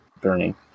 burning